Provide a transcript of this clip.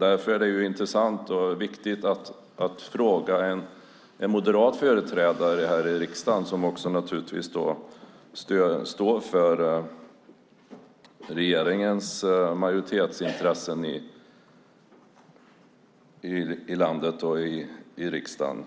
Därför är det både intressant och viktigt att få ställa frågor till en moderat företrädare här i riksdagen - en moderat som naturligtvis står för regeringens majoritetsintressen i landet och i riksdagen.